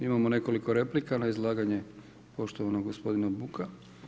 Imamo nekoliko replika na izlaganje poštovanog gospodina Buka.